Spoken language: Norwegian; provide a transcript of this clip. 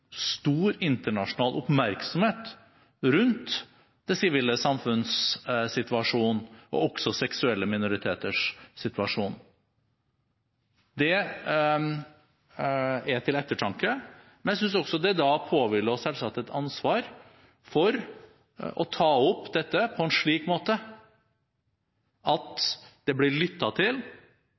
også seksuelle minoriteters situasjon. Det er til ettertanke. Men jeg synes også det selvsagt da påhviler oss et ansvar for å ta opp dette på en slik måte at det blir lyttet til,